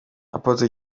apotre